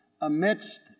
amidst